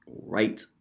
right